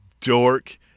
dork